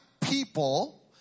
people